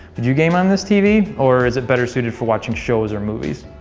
would you game on this tv or is it better suited for watching shows or movies?